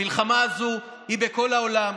המלחמה הזו היא בכל העולם.